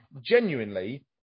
genuinely